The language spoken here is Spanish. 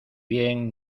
bien